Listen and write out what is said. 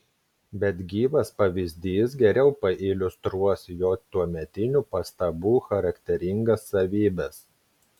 bet gyvas pavyzdys geriau pailiustruos jo tuometinių pastabų charakteringas savybes